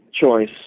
choice